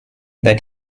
that